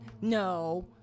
no